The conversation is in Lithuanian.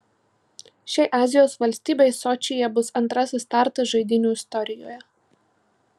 šiai azijos valstybei sočyje bus antrasis startas žaidynių istorijoje